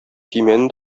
көймәне